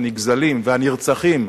הנגזלים והנרצחים,